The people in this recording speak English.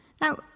Now